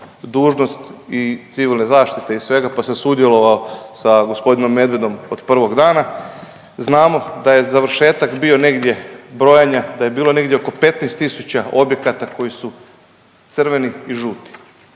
dužnost i civilne zaštite i svega, pa sam sudjelovao sa g. Medvedom od prvog dana, znamo da je završetak bio negdje brojanja, da je bilo negdje oko 15 tisuća objekata koji su crveni i žuti.